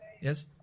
yes